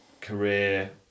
career